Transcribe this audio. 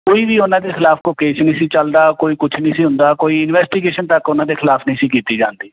ਕੋਈ ਵੀ ਉਹਨਾਂ ਦੇ ਖਿਲਾਫ਼ ਕੋਈ ਕੇਸ ਨਹੀਂ ਸੀ ਚੱਲਦਾ ਕੋਈ ਕੁਛ ਨਹੀਂ ਸੀ ਹੁੰਦਾ ਕੋਈ ਇਨਵੈਸਟੀਗੇਸ਼ਨ ਤੱਕ ਉਹਨਾਂ ਦੇ ਖਿਲਾਫ਼ ਨਹੀਂ ਸੀ ਕੀਤੀ ਜਾਂਦੀ